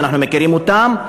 שאנחנו מכירים אותם,